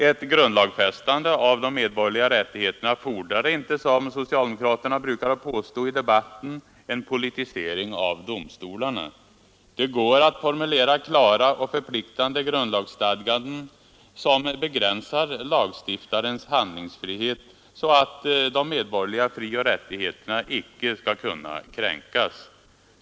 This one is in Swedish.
Ett grundlagsfästande av de medborgerliga rättigheterna fordrar inte, som socialdemokrater brukar påstå i debatten, en politisering av domstolarna. Det går att formulera klara och förpliktande grundlagsstadganden, som begränsar lagstiftarens handlingsfrihet så att de medborgerliga frioch rättigheterna inte skall kunna kränkas.